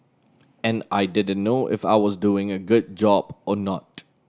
and I didn't know if I was doing a good job or not